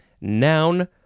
Noun